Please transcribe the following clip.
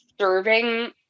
serving